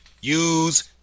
use